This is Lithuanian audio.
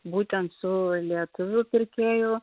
būtent su lietuvių pirkėju